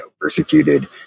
persecuted